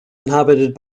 inhabited